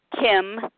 Kim